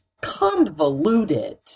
convoluted